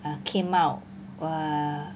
err came out err